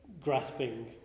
grasping